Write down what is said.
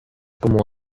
cómo